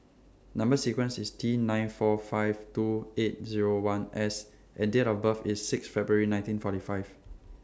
Number sequence IS T nine four five two eight Zero one S and Date of birth IS six February nineteen forty five